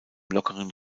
lockeren